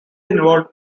involved